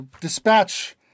dispatch